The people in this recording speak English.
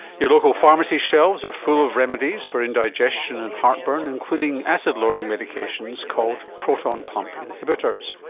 your local pharmacy shelves are full of remedies for indigestion and heartburn, including acid lowering medications called proton pump inhibitors.